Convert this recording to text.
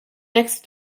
next